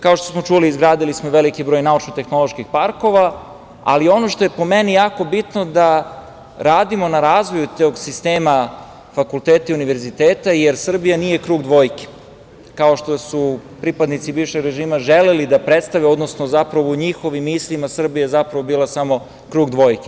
Kao što čuli, izgradili smo veliki broj naučno-tehnoloških parkova, ali ono što je po meni jako bitno je da radimo na razvoju tog sistema fakulteti, univerziteti jer Srbija nije krug „dvojke“, kao što su pripadnici bivšeg režima želeli da prestave, odnosno u njihovim mislima Srbija je zapravo bila samo krug „dvojke“